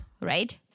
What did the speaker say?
right